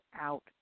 out